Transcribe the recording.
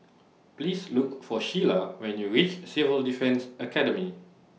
Please Look For Sheila when YOU REACH Civil Defence Academy